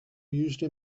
usually